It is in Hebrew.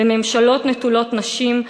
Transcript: בממשלות נטולות נשים,